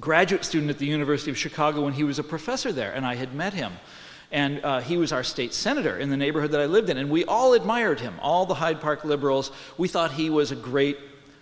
graduate student at the university of chicago and he was a professor there and i had met him and he was our state senator in the neighborhood that i lived in and we all admired him all the hyde park liberals we thought he was a great